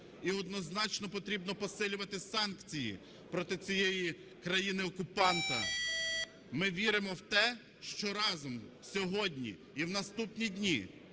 і однозначно потрібно посилювати санкції проти цієї країни-окупанта. Ми віримо в те, що разом сьогодні і в наступні дні,